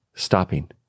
stopping